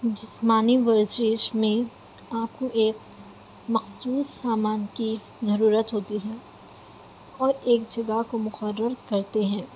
جسمانی ورزش میں آپ کو ایک مخصوص سامان کی ضرورت ہوتی ہے اور ایک جگہ کو مقرر کرتے ہیں